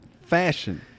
fashion